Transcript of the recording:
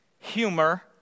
humor